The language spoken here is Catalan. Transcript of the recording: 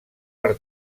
per